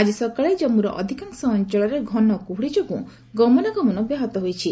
ଆଜି ସକାଳେ ଜାମ୍ମୁର ଅଧିକାଂଶ ଅଞ୍ଚଳରେ ଘନ କୁହୁଡ଼ି ଯୋଗୁଁ ଗମନାଗମନ ବ୍ୟାହତ ହୋଇଛି